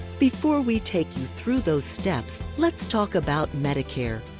before we take you through those steps let's talk about medicare,